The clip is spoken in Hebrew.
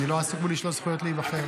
אני לא עסוק בלשלול זכויות להיבחר.